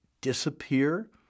disappear